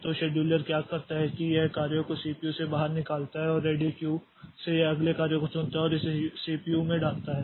तो शेड्यूलर क्या करता है कि यह कार्य को सीपीयू से बाहर निकालता है और रेडी क्यू से यह अगले कार्य को चुनता है और इसे सीपीयू में डालता है